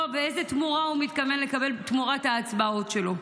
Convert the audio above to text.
ואיזו תמורה הוא מתכוון לקבל תמורת ההצבעות שלו.